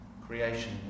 Creation